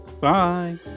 Bye